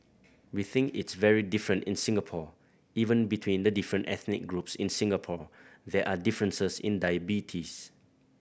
we think it's very different in Singapore even between the different ethnic groups in Singapore there are differences in diabetes